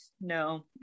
no